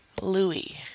Louis